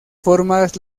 formas